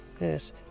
Yes